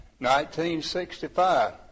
1965